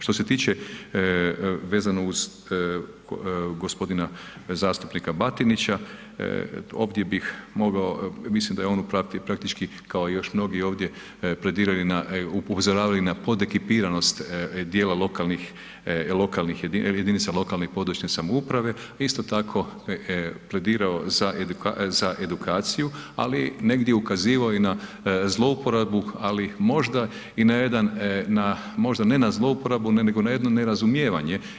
Što se tiče vezano uz g. zastupnika Batinića, ovdje bih mogao, mislim da je on praktički kao još mnogi ovdje prediraju na upozoravaju na podekipiranost dijela lokalnih jedinica lokalne i područne samouprave, no isto tako predirao za edukaciju, ali negdje i ukazivao na zlouporabu, ali možda i na jedan, na možda ne na zlouporabu nego na jedno nerazumijevanje.